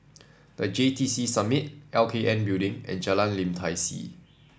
The J T C Summit L K N Building and Jalan Lim Tai See